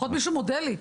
לפחות מישהו מודה לי.